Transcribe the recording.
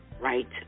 right